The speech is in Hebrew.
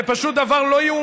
זה פשוט לא דבר ייאמן,